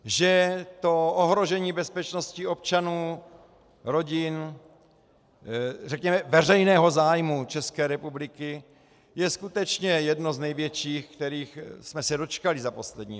Že ohrožení bezpečnosti občanů, rodin, řekněme veřejného zájmu České republiky je skutečně jedno z největších, kterých jsme se dočkali za poslední léta.